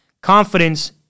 confidence